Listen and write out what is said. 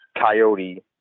coyote